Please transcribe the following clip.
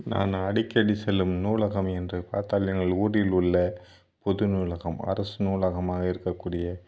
நான் அடிக்கடி செல்லும் நூலகம் என்று பார்த்தால் எங்கள் ஊரில் உள்ள பொது நூலகம் அரசு நூலகமாக இருக்கக்கூடிய